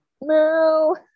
No